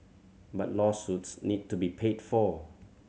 but lawsuits need to be paid for